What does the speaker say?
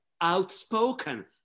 outspoken